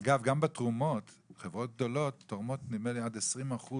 אגב, גם בתרומות, חברות גדולות תורמות עד 20%